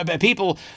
People